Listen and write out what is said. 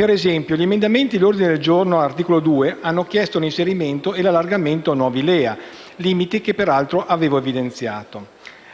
Ad esempio, gli emendamenti e l'ordine del giorno all'articolo 2 hanno chiesto l'inserimento e l'allargamento a nuovi LEA, limiti che peraltro avevo evidenziato;